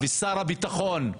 ושר הביטחון,